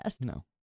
No